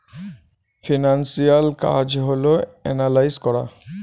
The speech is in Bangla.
ফিনান্সিয়াল কাজ হল এনালাইজ করা